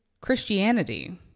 Christianity